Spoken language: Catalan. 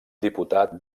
diputat